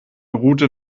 route